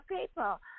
people